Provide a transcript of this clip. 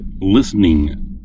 listening